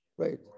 Right